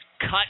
cut